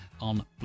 on